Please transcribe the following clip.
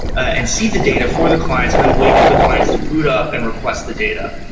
and seed the data for the clients, and then wait for the clients to boot up and request the data.